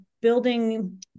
building